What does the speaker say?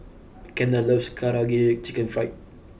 Kendal loves Karaage Chicken Fried